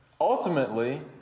ultimately